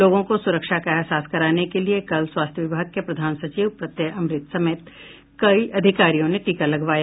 लोगों को सुरक्षा का एहसास कराने के लिए कल स्वास्थ्य विभाग के प्रधान सचिव प्रत्यय अमृत समेत कई अधिकारियों ने टीका लगवाया